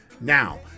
Now